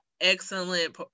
excellent